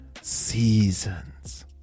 seasons